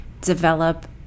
develop